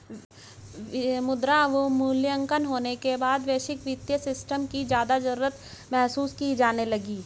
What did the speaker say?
मुद्रा अवमूल्यन होने के बाद वैश्विक वित्तीय सिस्टम की ज्यादा जरूरत महसूस की जाने लगी